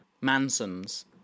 Manson's